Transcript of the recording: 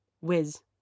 whiz